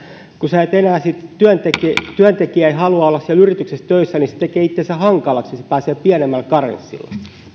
kun työntekijä työntekijä ei enää halua olla siellä yrityksessä töissä se tekee itsensä hankalaksi ja pääsee pienemmällä karenssilla